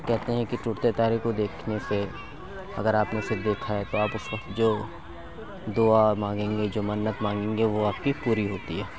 کہتے ہیں کہ ٹوٹتے تارے کو دیکھنے سے اگر آپ نے اُسے دیکھا ہے تو آپ اُس وقت جو دُعا مانگیں گے جو منت مانگیں گے وہ آپ کی پوری ہوتی ہے